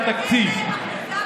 זה נמצא בתקציב, זה יהיה,